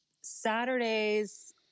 Saturdays